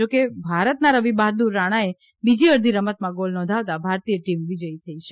જા કે ભારતના રવિ બહાદુર રાણાએ બીજી અડધી રમતમાં ગોલ નોંધાવતાં ભારતીય ટીમ વિજયી થઈ છે